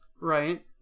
Right